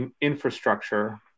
infrastructure